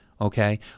okay